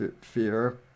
fear